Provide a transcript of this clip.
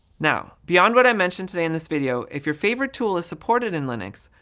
now, beyond what i mention today in this video, if your favorite tool is supported in linux,